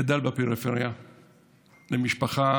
גדל בפריפריה למשפחה